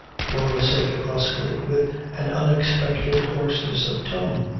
flora said brusquely with an unexpected hoarseness of tone.